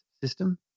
system